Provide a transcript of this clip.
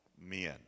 Men